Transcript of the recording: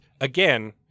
again